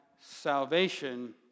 salvation